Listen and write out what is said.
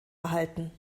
erhalten